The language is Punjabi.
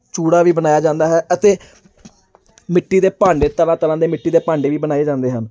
ਚੂੜਾ ਵੀ ਬਣਾਇਆ ਜਾਂਦਾ ਹੈ ਅਤੇ ਮਿੱਟੀ ਦੇ ਭਾਂਡੇ ਤਰ੍ਹਾਂ ਤਰ੍ਹਾਂ ਦੇ ਮਿੱਟੀ ਦੇ ਭਾਂਡੇ ਵੀ ਬਣਾਏ ਜਾਂਦੇ ਹਨ